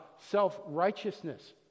self-righteousness